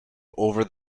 over